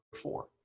four